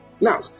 Now